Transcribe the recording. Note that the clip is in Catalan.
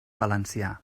valencià